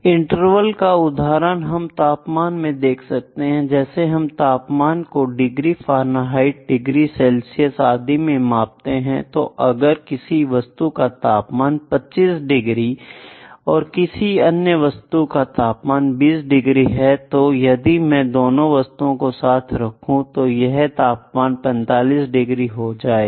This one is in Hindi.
इंटरवल का उदाहरण हम तापमान में देख सकते हैं जैसे हम तापमान को डिग्री फारेनहाइट डिग्री सेल्सियस आदि में मापते हैं तो अगर किसी वस्तु का तापमान 25 डिग्री और किसी अन्य वस्तु का तापमान 20 डिग्री है तो यदि मैं दोनों वस्तुओं को साथ रखो तो क्या तापमान 45 डिग्री हो जाएगा